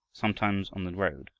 sometimes on the road,